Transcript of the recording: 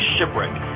Shipwreck